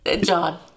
John